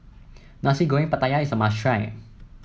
Nasi Goreng Pattaya is a must try